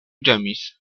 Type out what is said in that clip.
ĝemis